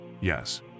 Yes